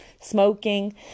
smoking